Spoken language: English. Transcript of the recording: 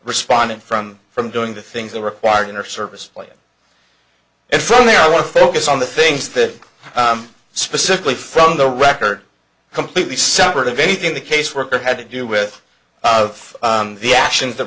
responding from from doing the things that are required in or service place and from there our focus on the things that specifically from the record completely separate of anything the caseworker had to do with of the actions